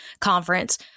conference